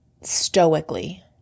Stoically